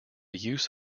use